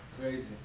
crazy